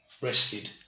rested